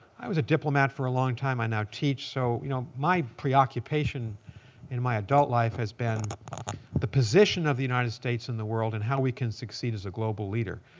i was a diplomat for a long time. i now teach. so you know my preoccupation in my adult life has been the position of the united states in the world and how we can succeed as a global leader.